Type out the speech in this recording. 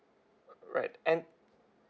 r~ right and